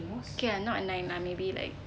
okay ya not nine maybe like